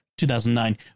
2009